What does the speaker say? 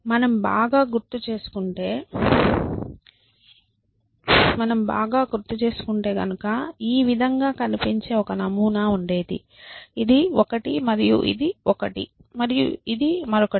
మనం బాగా గుర్తుచేసుకుంటే గనుక ఈ విధంగా కనిపించే ఒక నమూనా ఉండేది ఇది ఒకటి మరియు ఇది ఒకటి మరియు ఇది ఒకటి